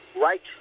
right